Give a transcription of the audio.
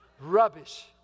rubbish